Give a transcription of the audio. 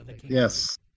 Yes